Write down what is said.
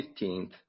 15th